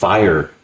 Fire